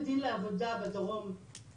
ואני מנסה להבין את המצוקה של היוזמה